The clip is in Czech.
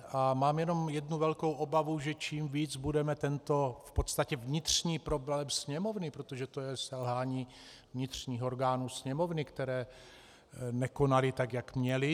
A mám jenom jednu velkou obavu, že čím víc budeme tento v podstatě vnitřní problém Sněmovny protože to je selhání vnitřních orgánů Sněmovny, které zřejmě nekonaly, tak jak měly.